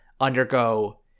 undergo